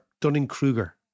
Dunning-Kruger